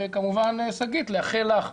וכמובן, שגית, לאחל לך,